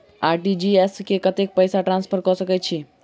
RTGS मे कतेक पैसा ट्रान्सफर कऽ सकैत छी?